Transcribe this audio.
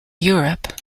europe